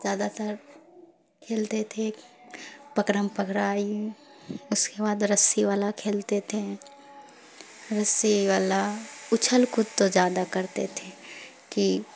زیادہ تر کھیلتے تھے پکڑم پگڑائی اس کے بعد رسی والا کھیلتے تھے رسی والا اچھل کود تو زیادہ کرتے تھے کہ